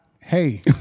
Hey